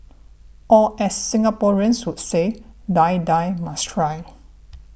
or as Singaporeans would say Die Die must try